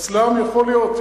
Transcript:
פצל"ם יכול להיות.